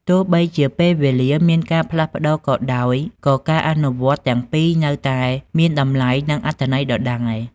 ទោះបីជាពេលវេលាមានការផ្លាស់ប្តូរក៏ដោយក៏ការអនុវត្តន៍ទាំងពីរនៅតែមានតម្លៃ និងអត្ថន័យដដែល។